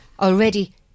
already